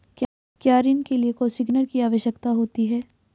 क्या ऋण के लिए कोसिग्नर की आवश्यकता होती है?